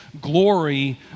glory